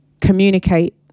communicate